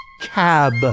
Cab